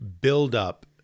build-up